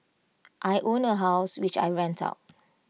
I own A house which I rent out